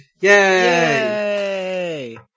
Yay